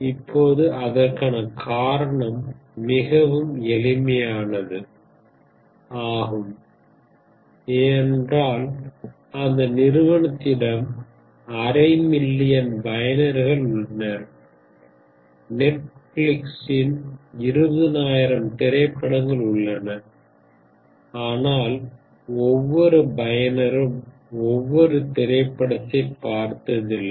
இப்போது அதற்கான காரணம் மிகவும் எளிமையானது ஆகும் ஏனென்றால் அந்த நிறுவனத்திடம் அரை மில்லியன் பயனர்கள் உள்ளனர் நெட்டபிலிக்ஸில் இருபதாயிரம் திரைப்படங்கள் உள்ளன ஆனால் ஒவ்வொரு பயனரும் ஒவ்வொரு திரைப்படத்தைப் பார்த்ததில்லை